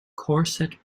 corset